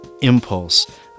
impulse